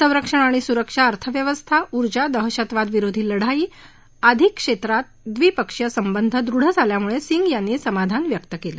संरक्षण आणि सुरक्षा अर्थव्यवस्था ऊर्जा दहशतवाद विरोधी लढाई आदी क्षेत्रात द्विपक्षीय संबंध दृढ झाल्यामुळे सिंग यांनी समाधान व्यक्त केलं